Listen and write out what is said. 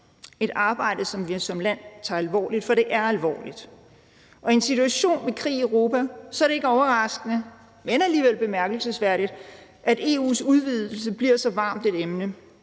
et arbejde, som vi som land tager alvorligt, for det er alvorligt. Og i en situation med krig i Europa er det ikke overraskende, men alligevel bemærkelsesværdigt, at EU's udvidelse bliver så varmt et emne.